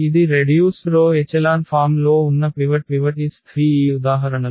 ఇది reduced row echelon form లో ఉన్న పివట్స్ 3 ఈ ఉదాహరణలో